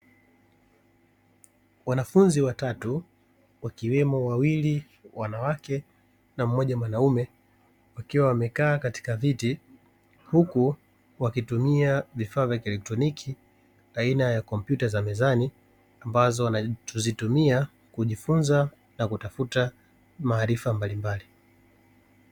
Wanafunzi watatu, wakiwemo wawili wanawake na mmoja mwanaume, wakiwa wamekaa katika viti huku wakitumia vifaa vya kieletroniki aina ya kompyuta za mezani ambazo wanazitumia kujifunza na kutafuta maarifa mbalimbali.